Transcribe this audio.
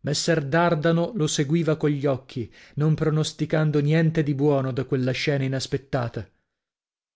messer dardano lo seguiva degli occhi non pronosticando niente di buono da quella scena inaspettata